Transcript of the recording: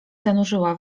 zanurzyła